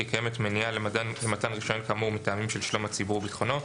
כי קיימת מניעה למתן רישיון כאמור מטעמים של שלום הציבור וביטחונו".